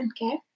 Okay